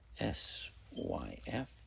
SYF